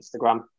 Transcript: instagram